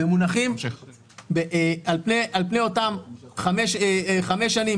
על פני אותן חמש שנים,